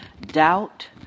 Doubt